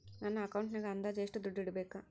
ನನ್ನ ಅಕೌಂಟಿನಾಗ ಅಂದಾಜು ಎಷ್ಟು ದುಡ್ಡು ಇಡಬೇಕಾ?